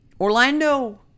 Orlando